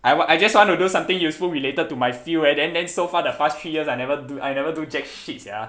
I wa~ I just wanna do something useful related to my field eh then then so far the past three years I never do I never do jack shit sia